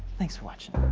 thanks for watching